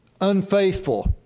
unfaithful